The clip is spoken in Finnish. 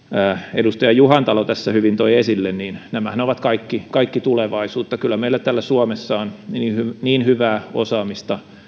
edustaja juhantalo tässä hyvin toi esille nämähän ovat kaikki kaikki tulevaisuutta kyllä meillä täällä suomessa on niin niin hyvää osaamista